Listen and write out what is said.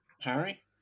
Harry